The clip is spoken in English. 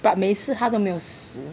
but 每次他都没有死